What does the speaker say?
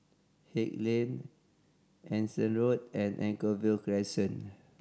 Haig Lane Anson Road and Anchorvale Crescent